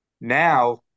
Now